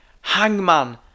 Hangman